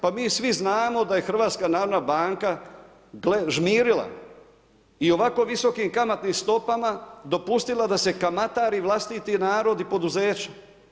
Pa mi svi znamo da je HNB žmirila i ovako visokim kamatnim stopama dopustila da se kamatari vlastiti narod i poduzeća.